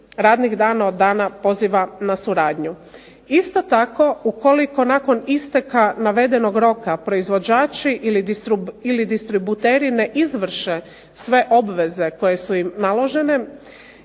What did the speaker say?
radnih dana od dana poziva na suradnju. Isto tako ukoliko nakon isteka navedenog roka proizvođači ili distributeri ne izvrše sve obveze koje su im naložene